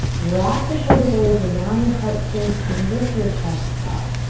wrap the shoulder blades around your heart space, and lift your chest up.